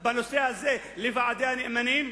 בנושא הזה לוועדי הנאמנים,